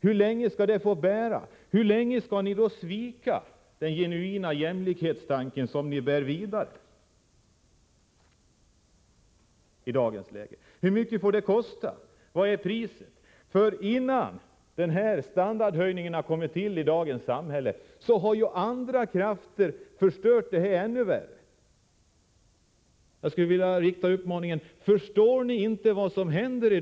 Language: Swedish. Hur länge skall ni då svika den genuina jämlikhetstanken, som ni bär vidare? Hur mycket får det kosta? Innan denna standardhöjning har kommit till i dagens samhälle har ju andra krafter förstört situationen ännu mer. Förstår ni inte vad som händer?